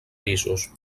pisos